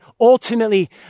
ultimately